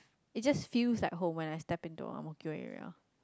it's just feel like home when I step into ang-mo-kio area